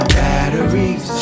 batteries